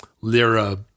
lira